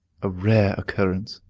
a rare occurrence.